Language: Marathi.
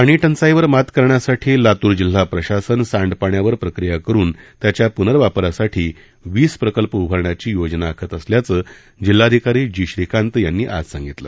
पाणी टंचाईवर मात करण्यासाठी लातूर जिल्हा प्रशासन सांडपाण्यावर प्रक्रिया करुन त्याच्या प्नर्वापरासाठी वीस प्रकल्प उभारण्याची योजना आखत असल्याचं जिल्हाधिकारी जी श्रीकांत यांनी आज सांगितलं